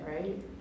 right